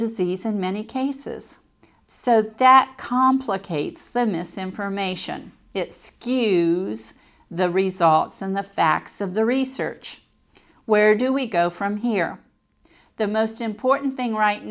disease in many cases so that complicates the misinformation it skews the results and the facts of the research where do we go from here the most important thing right